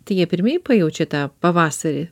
tai jie pirmieji pajaučia tą pavasarį